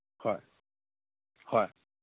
ꯍꯣꯏ ꯍꯣꯏ